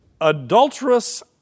adulterous